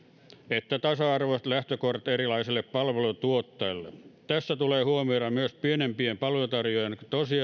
että tasa arvoiset lähtökohdat erilaisille palveluntuottajille tässä tulee huomioida myös pienempien palveluntarjoajien tosiasialliset